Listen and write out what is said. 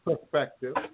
perspective